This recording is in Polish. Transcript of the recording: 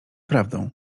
prawdą